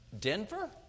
Denver